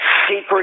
secret